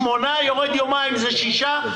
משמונה יורדים יומיים שזה שישה,